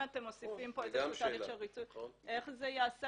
זה יקל